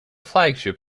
flagship